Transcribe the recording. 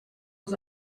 was